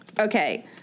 Okay